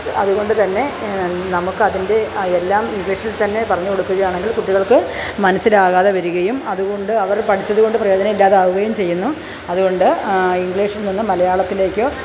അതുകൊണ്ടുതന്നെ നമുക്കതിന്റെ എല്ലാം ഇംഗ്ലീഷില് തന്നെ പറഞ്ഞു കൊടുക്കുകയാണെങ്കില് കുട്ടികള്ക്ക് മനസ്സിലാകാതെ വരികയും അതു കൊണ്ട് അവര് പഠിച്ചതു കൊണ്ട് പ്രയോജനം ഇല്ലാതാകുകയും ചെയ്യുന്നു അതു കൊണ്ട് ഇംഗ്ലീഷില് നിന്ന് മലയാളത്തിലേക്ക്